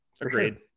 Agreed